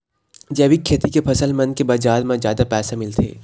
जैविक खेती के फसल मन के बाजार म जादा पैसा मिलथे